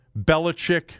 Belichick